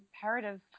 imperative